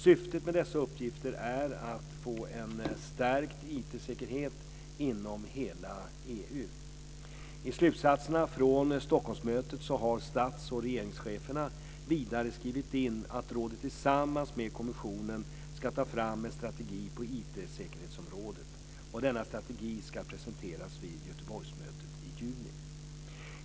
Syftet med dessa uppgifter är att få en stärkt IT-säkerhet inom hela EU. I slutsatserna från Stockholmsmötet har stats och regeringscheferna vidare skrivit in att rådet tillsammans med kommissionen ska ta fram en strategi på IT-säkerhetsområdet. Denna strategi ska presenteras vid Göteborgsmötet i juni.